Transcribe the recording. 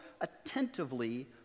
attentively